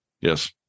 Yes